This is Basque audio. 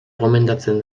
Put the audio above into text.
gomendatzen